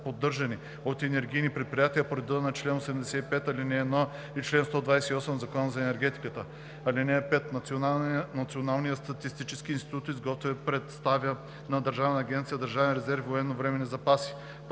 поддържани от енергийните предприятия по реда на чл. 85, ал. 1 и чл. 128 от Закона за енергетиката. (5) Националният статистически институт изготвя и представя на Държавна агенция „Държавен резерв и военновременни запаси“: